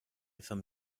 some